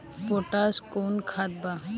Potash कोउन खाद बा?